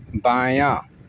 بایاں